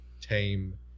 tame